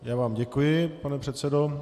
Já vám děkuji, pane předsedo.